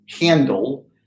handle